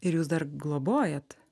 ir jūs dar globojat